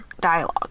dialogue